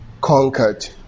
conquered